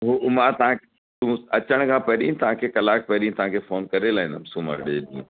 उहो मां तव्हांखे अचण खां पहिरीं तव्हांखे कलाकु पहिरीं फ़ोन करे लाहींदुमि सूमर जे ॾींहुं